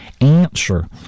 answer